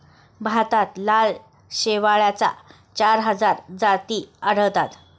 भारतात लाल शेवाळाच्या चार हजार जाती आढळतात